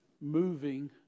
moving